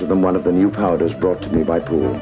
to them one of the new powders brought to me by pool